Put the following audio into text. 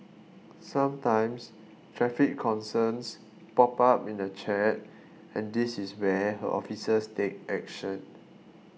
sometimes traffic concerns pop up in the chat and this is where her officers take action